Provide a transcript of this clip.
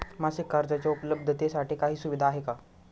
मासिक कर्जाच्या उपलब्धतेसाठी काही सुविधा आहे का?